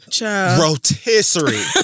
rotisserie